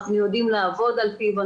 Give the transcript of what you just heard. אנחנו יודעים לעבוד על פיו,